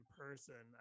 person